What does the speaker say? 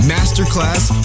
Masterclass